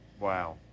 Wow